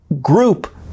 group